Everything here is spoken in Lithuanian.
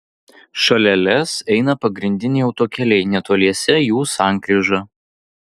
šalia lez eina pagrindiniai autokeliai netoliese jų sankryža